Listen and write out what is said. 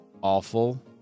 awful